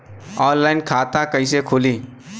Online खाता कइसे खुली?